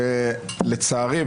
לצערי,